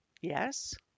Yes